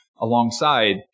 alongside